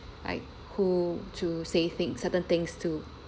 like who to say things certain things to